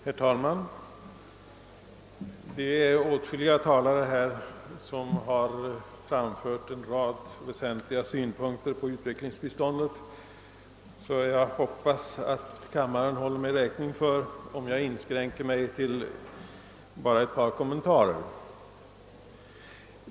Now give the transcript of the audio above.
Herr talman! Då åtskilliga talare redan har anfört en rad väsentliga synpunkter på utvecklingsbiståndet, hoppas jag att kammaren håller mig räkning för att jag inskränker mig till några få kommentarer.